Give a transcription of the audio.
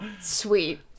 Sweet